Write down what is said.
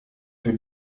für